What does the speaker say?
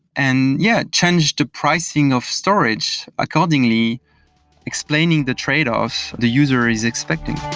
and yeah, change to pricing of storage accordingly explaining the tradeoffs the user is expecting.